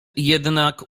jednak